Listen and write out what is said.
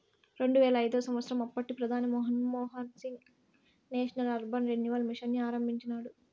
రెండువేల ఐదవ సంవచ్చరంలో అప్పటి ప్రధాని Manmohan Singh national urban renewal mission ని ఆరంభించినాడు